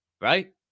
right